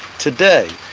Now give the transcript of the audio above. today,